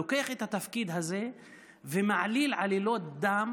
לוקח את התפקיד הזה ומעליל עלילות דם